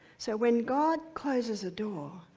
so when god closes a door,